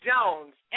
Jones